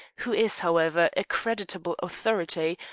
who is, however, a creditable authority,